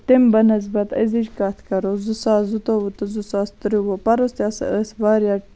تَمہِ بہ نِسبتہٕ أزِچ کَتھ کَرو زٕ ساس زٕتووُہ تہٕ زٕ ساس ترٛوُہ پَرُس تہِ ہسا ٲسۍ واریاہ